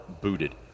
booted